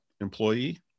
employee